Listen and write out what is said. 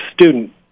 student